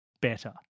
better